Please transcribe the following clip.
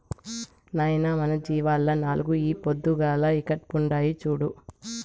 నాయనా మన జీవాల్ల నాలుగు ఈ పొద్దుగాల ఈకట్పుండాయి చూడు